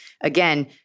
again